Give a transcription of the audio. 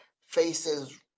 faces